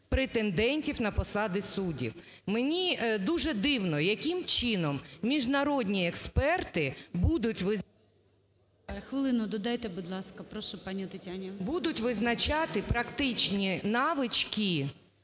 додайте, будь ласка, прошу, пані Тетяні.